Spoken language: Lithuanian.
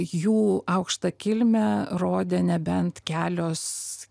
jų aukštą kilmę rodė nebent kelios